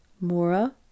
Mora